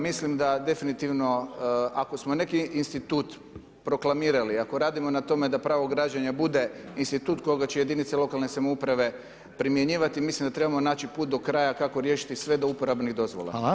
Mislim da definitivno ako smo neki institut proklamirali, ako radimo na tome da pravo građenja bude institut koga je jedinice lokalne samouprave primjenjivati, mislim da trebamo naći put do kraja kako riješiti sve do uporabnih dozvola.